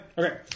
Okay